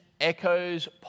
echoes